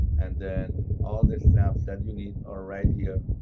and then, all the snaps that you need are right here.